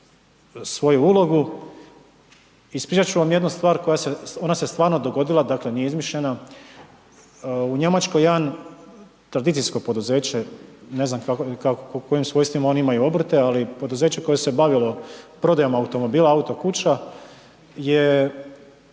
svoju ulogu. Ispričat ću vam jednu stvar, ona se stvarno dogodila, dakle nije izmišljena, u Njemačkoj jedno tradicijsko poduzeće, ne znam po kojim svojstvima oni imaju obrte ali poduzeće koje se bavilo prodajom automobila, auto-kuća je